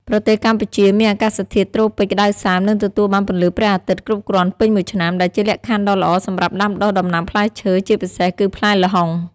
ប្រទេសកម្ពុជាមានអាកាសធាតុត្រូពិចក្តៅសើម និងទទួលបានពន្លឺព្រះអាទិត្យគ្រប់គ្រាន់ពេញមួយឆ្នាំ ដែលជាលក្ខខណ្ឌដ៏ល្អសម្រាប់ដាំដុះដំណាំផ្លែឈើ ជាពិសេសគឺផ្លែល្ហុង។